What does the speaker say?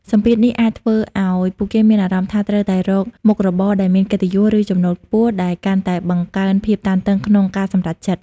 សម្ពាធនេះអាចធ្វើឱ្យពួកគេមានអារម្មណ៍ថាត្រូវតែរកមុខរបរដែលមានកិត្តិយស ឬចំណូលខ្ពស់ ដែលកាន់តែបង្កើនភាពតានតឹងក្នុងការសម្រេចចិត្ត។